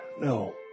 No